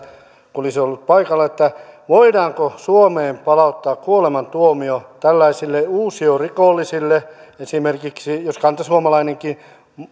kun olisi ollut paikalla voidaanko suomeen palauttaa kuolemantuomio tällaisille uusiorikollisille esimerkiksi jos kantasuomalainenkin